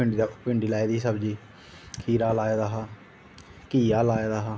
भिंडी लाई दी ही सब्ज़ी खीरा लाए दा हा घीआ लाए दा हा